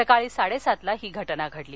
सकाळी साडस्तितला ही घटना घडली